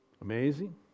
Amazing